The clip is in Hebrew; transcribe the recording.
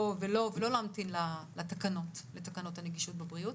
לא להמתין לתקנות הנגישות הבריאות.